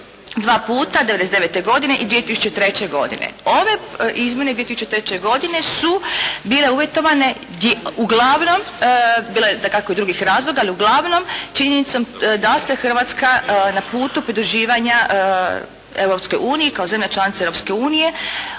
dva puta '99. godine i 2003. godine. Ove izmjene 2003. godine su bile uvjetovane uglavnom, bilo je dakako i drugih razloga ali uglavnom činjenicom da se Hrvatska na putu pridruživanja Europskoj uniji